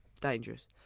Dangerous